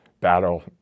battle